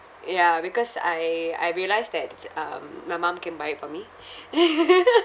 ya because I I realised that um my mum can buy it for me